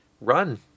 run